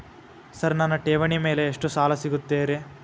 Sir ನನ್ನ ಠೇವಣಿ ಮೇಲೆ ಎಷ್ಟು ಸಾಲ ಸಿಗುತ್ತೆ ರೇ?